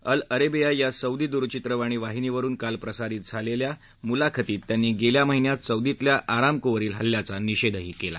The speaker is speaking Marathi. अल अरेबिया या सौदी दूरचित्रबाणी वाहिनीवरुन काल प्रसारित झालेल्या मुलाखतीत त्यांनी गेल्या महिन्यात सौदीतल्या अरामकोवरील हल्ल्याचा निषेध केला